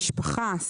משפחה,